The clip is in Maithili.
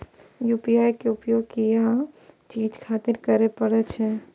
यू.पी.आई के उपयोग किया चीज खातिर करें परे छे?